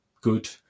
good